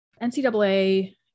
NCAA